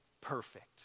perfect